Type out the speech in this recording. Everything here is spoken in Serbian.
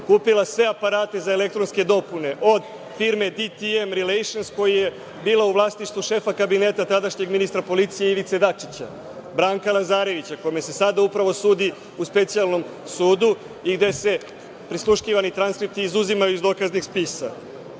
kupila sve aparate za elektronske dopune od firme „Ditiem rilejšns“, koja je bila u vlasništvu šefa kabineta tadašnjeg ministra policije Ivice Dačića, Branka Lazarevića, kome se sada upravo sudi u Specijalnom sudu i gde se prisluškivani transkripti izuzimaju iz dokaznih spisa.